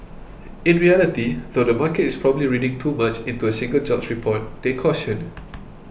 in reality though the market is probably reading too much into a single jobs report they cautioned